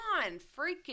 freaking